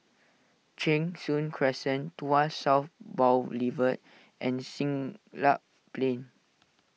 Cheng Soon Crescent Tuas South Boulevard and Siglap Plain